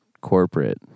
corporate